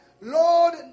Lord